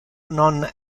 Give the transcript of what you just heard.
non